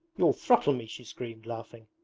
you'll throttle me she screamed, laughing.